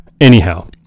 anyhow